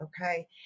okay